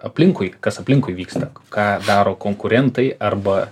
aplinkui kas aplinkui vyksta ką daro konkurentai arba